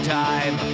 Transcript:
time